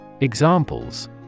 Examples